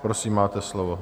Prosím, máte slovo.